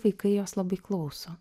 vaikai jos labai klauso